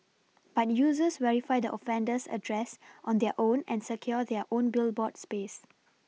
but users verify the offender's address on their own and secure their own Billboard space